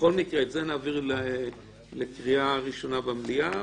בכל מקרה את זה נעביר לקריאה ראשונה במליאה,